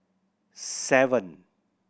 seven